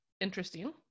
interesting